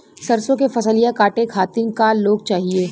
सरसो के फसलिया कांटे खातिन क लोग चाहिए?